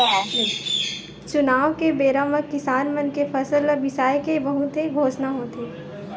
चुनाव के बेरा म किसान मन के फसल ल बिसाए के बहुते घोसना होथे